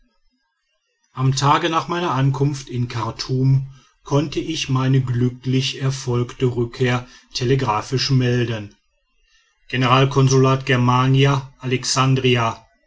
am tage nach meiner ankunft in chartum konnte ich meine glücklich erfolgte rückkehr telegraphisch melden generalkonsulat germania alexandria